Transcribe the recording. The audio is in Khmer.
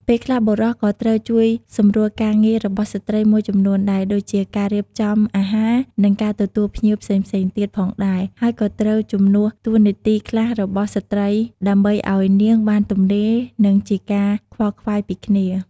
ពេលខ្លះបុរសក៏ត្រូវជួយសម្រួលការងាររបស់ស្ត្រីមួយចំនួនដែលដូចជា ការរៀបចំអាហារ និងការទទួលភ្ញៀវផ្សេងៗទៀតផងដែរ ហើយក៏ត្រូវជំនួសតួនាទីខ្លះរបស់ស្រ្តី ដើម្បីឲ្យនាងបានទំនេរ និងជាការខ្វល់ខ្វាយពីគ្នា។